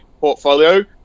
portfolio